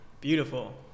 Beautiful